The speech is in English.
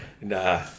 nah